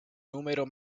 número